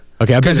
Okay